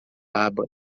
aba